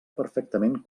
perfectament